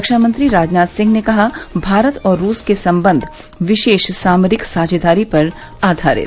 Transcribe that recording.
रक्षामंत्री राजनाथ सिंह ने कहा भारत और रूस के संबंध विशेष सामरिक साझेदारी पर आधारित